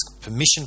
permission